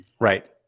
Right